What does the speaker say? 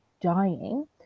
dying